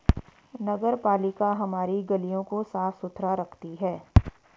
नगरपालिका हमारी गलियों को साफ़ सुथरा रखती है